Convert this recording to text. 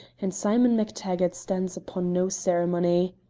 and simon mactaggart stands upon no ceremony.